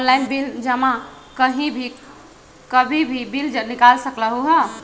Online bill जमा कहीं भी कभी भी बिल निकाल सकलहु ह?